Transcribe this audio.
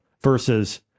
versus